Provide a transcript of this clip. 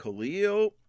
Khalil